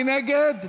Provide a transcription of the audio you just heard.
מי נגד?